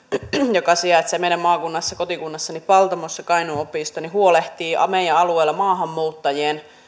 joka sijaitsee kotikunnassani paltamossa kainuun opisto huolehtii meidän alueella maahanmuuttajien